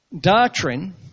Doctrine